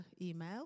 email